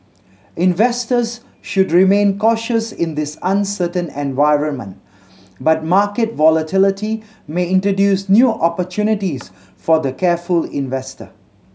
investors should remain cautious in this uncertain environment but market volatility may introduce new opportunities for the careful investor